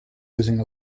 losing